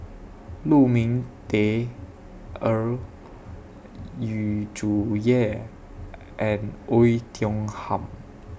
Lu Ming Teh Earl Yu Zhuye and Oei Tiong Ham